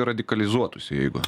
radikalizuotųsi jeigu